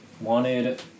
wanted